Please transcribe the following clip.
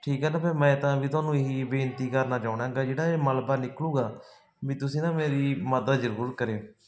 ਠੀਕ ਹੈ ਨਾ ਫਿਰ ਮੈਂ ਤਾਂ ਵੀ ਤੁਹਾਨੂੰ ਇਹੀ ਬੇਨਤੀ ਕਰਨਾ ਚਾਹੁੰਦਾ ਗਾ ਜਿਹੜਾ ਇਹ ਮਲਬਾ ਨਿਕਲੂਗਾ ਵੀ ਤੁਸੀਂ ਨਾ ਮੇਰੀ ਮਦਦ ਜ਼ਰੂਰ ਕਰਿਓ